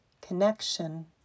connection